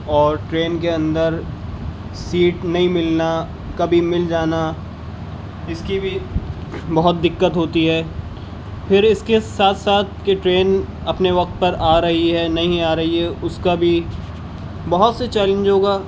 اور ٹرین کے اندر سیٹ نہیں ملنا کبھی مل جانا اس کی بھی بہت دقت ہوتی ہے پھر اس کے ساتھ ساتھ کے ٹرین اپنے وقت پر آ رہی ہے نہیں آ رہی ہے اس کا بھی بہت سے چیلینجوں کا